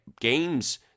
games